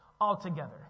altogether